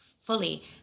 fully